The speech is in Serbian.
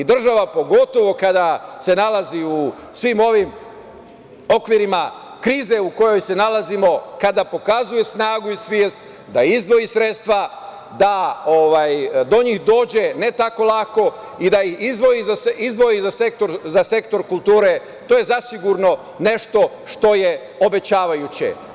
Država pogotovo kada se nalazi u svim ovim okvirima krize u kojoj se nalazimo, kada pokazuje snagu i svest da izdvoji sredstva, da do njih dođe ne tako lako i da izdvoji za sektor kulture, to je zasigurno nešto što je obećavajuće.